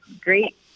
great